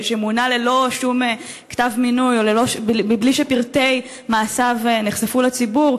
שמונה ללא שום כתב מינוי ומבלי שפרטי מעשיו נחשפו לציבור,